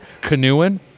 Canoeing